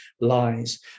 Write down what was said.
lies